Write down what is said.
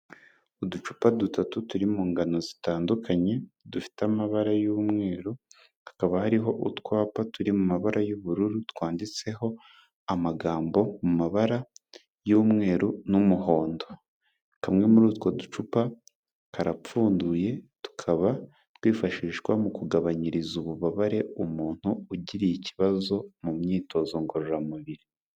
Uducupa dutatu turi mu ngano zitandukanye dufite amabara y'umweru, hakaba hariho utwapa turi mu mabara y'ubururu, twanditseho amagambo mu mabara y'umweru n'umuhondo. Tumwe muri utwo ducupa karapfunduye tukaba twifashishwa mu kugabanyiriza ububabare umuntu ugiriye ikibazo mu myitozo ngororamubiri.